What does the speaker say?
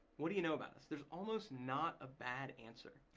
what do you know about us? there's almost not a bad answer.